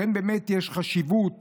לכן, יש חשיבות